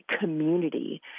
community